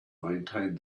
maintained